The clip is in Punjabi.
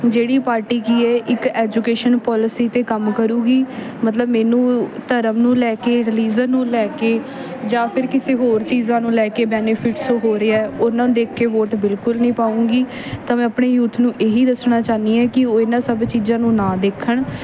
ਜਿਹੜੀ ਪਾਰਟੀ ਕੀ ਹੈ ਇੱਕ ਐਜੁਕੇਸ਼ਨ ਪੋਲਿਸੀ 'ਤੇ ਕੰਮ ਕਰੇਗੀ ਮਤਲਬ ਮੈਨੂੰ ਧਰਮ ਨੂੰ ਲੈ ਕੇ ਰਲੀਜਨ ਨੂੰ ਲੈ ਕੇ ਜਾਂ ਫਿਰ ਕਿਸੇ ਹੋਰ ਚੀਜ਼ਾਂ ਨੂੰ ਲੈ ਕੇ ਬੈਨੀਫਿਟਸ ਹੋ ਰਹੇ ਹੈ ਉਹਨਾਂ ਨੂੰ ਦੇਖ ਕੇ ਵੋਟ ਬਿਲਕੁਲ ਨਹੀਂ ਪਾਊਂਗੀ ਤਾਂ ਮੈਂ ਆਪਣੇ ਯੂਥ ਨੂੰ ਇਹੀ ਦੱਸਣਾ ਚਾਹੁੰਦੀ ਹਾਂ ਕਿ ਉਹ ਇਨ੍ਹਾਂ ਸਭ ਚੀਜ਼ਾਂ ਨੂੰ ਨਾ ਦੇਖਣ